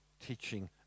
teaching